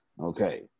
okay